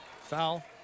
Foul